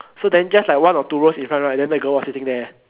so then just like one or two rows in front right then the girl was sitting there